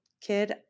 kid